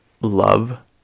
love